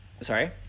sorry